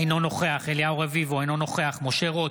אינו נוכח אליהו רביבו, אינו נוכח משה רוט,